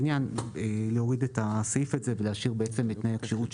להוריד את הסעיף הזה ולהשאיר "תנאי כשירות שיקבעו".